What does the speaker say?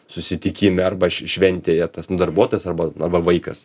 susitikime arba šventėje tas darbuotojas arba arba vaikas